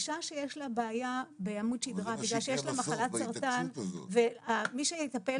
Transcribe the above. אישה שיש לה בעיה בעמוד השדרה בגלל שיש לה מחלת סרטן ומי שיטפל